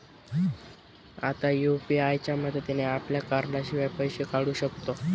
आता यु.पी.आय च्या मदतीने आपल्या कार्डाशिवाय पैसे काढू शकतो